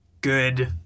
good